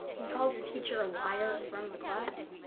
you called your teacher a liar in front of the class?